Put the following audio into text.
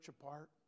apart